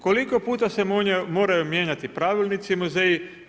Koliko puta se moraju mijenjati pravilnici muzeja?